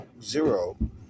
zero